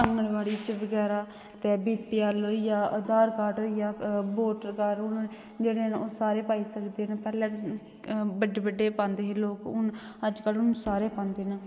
आगनबाॅडी च बगैरा ते बीपीएल होई गेआ आधार कार्ड होई गेआ बोटर कार्ड हून जेहडे ना ओह् सारे पाई सकदे ना पैहले बड्डे बड्डे पांदे हे लोक हून अजकल हून सारे पांदे ना